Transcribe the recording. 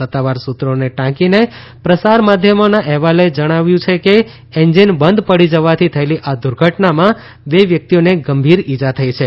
સત્તાવાર સુત્રોને ટાંકીને પ્રસાર માધ્યમોના અહેવાલમાં જણાવ્યું છે કે એન્જીન બંધ પડી જવાથી થયેલી આ દુર્ધટનામાં બે વ્યકિતઓને ગંભીર ઇજા થઇ છે